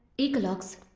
ecolex,